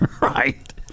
Right